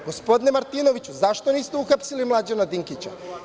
Gospodine Martinoviću, zašto niste uhapsili Mlađana Dinkića?